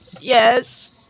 yes